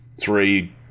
three